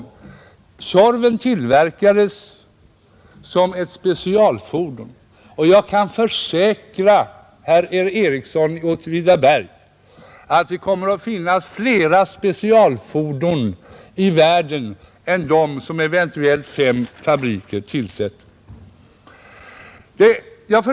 Tjorven tillverkades som ett specialfordon, och jag kan försäkra herr Ericsson i Åtvidaberg att det kommer att finnas flera specialfordon i världen än de som eventuellt fem fabriker kommer att tillverka.